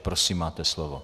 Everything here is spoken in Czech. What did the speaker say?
Prosím, máte slovo.